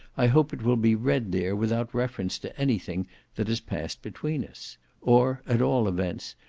i hope it will be read there without reference to anything that has passed between us or, at all events,